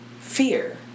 Fear